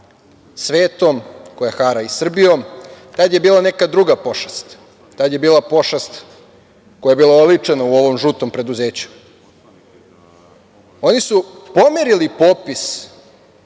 svetom, koja hara i Srbijom, tada je bila neka druga pošast. Tada je bila pošast koja je bila oličena u ovom žutom preduzeću. Oni su pomerili popis